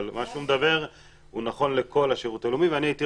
אבל מה שהוא מדבר הוא נכון לכל השירות הלאומי ואני הייתי